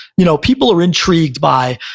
you know people are intrigued by,